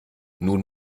nun